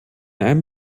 ein